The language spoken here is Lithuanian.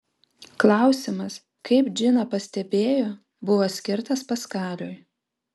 klausimas kaip džina pastebėjo buvo skirtas paskaliui